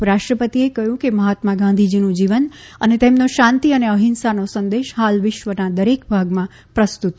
ઉપરાષ્ટ્રપતિએ કહ્યુંકે મહાત્મા ગાંધીજીનું જીવન અને તેમનો શાંતિ અને અહિંસાનો સંદેશ હાલ વિશ્વના દરેક ભાગમાં પ્રસ્તુત છે